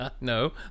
no